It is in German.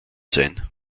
sein